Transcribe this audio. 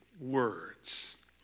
words